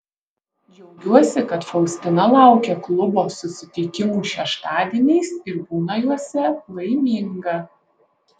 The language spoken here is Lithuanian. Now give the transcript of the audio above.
džiaugiuosi kad faustina laukia klubo susitikimų šeštadieniais ir būna juose laiminga